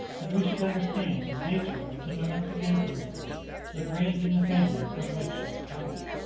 that we should understand the nature of the domestic influences that reigned in the family from which she sprung.